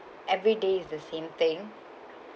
every day is the same thing